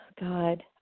God